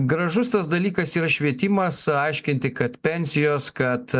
gražus tas dalykas yra švietimas aiškinti kad pensijos kad